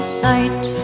sight